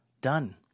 Done